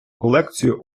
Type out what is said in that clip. колекцію